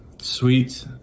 sweet